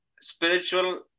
spiritual